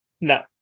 No